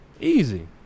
easy